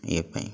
ଏ ପାଇଁ